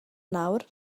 nawr